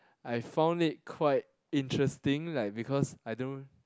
I found it quite interesting like because I don't